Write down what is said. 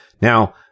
Now